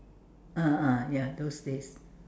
ah ah ya those days